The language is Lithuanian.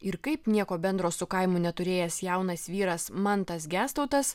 ir kaip nieko bendro su kaimu neturėjęs jaunas vyras mantas gestautas